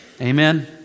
Amen